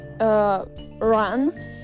run